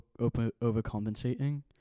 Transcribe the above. overcompensating